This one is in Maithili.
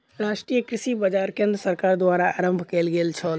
राष्ट्रीय कृषि बाजार केंद्र सरकार द्वारा आरम्भ कयल गेल छल